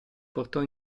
portò